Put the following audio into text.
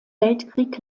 weltkrieg